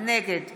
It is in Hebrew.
נגד